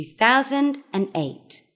2008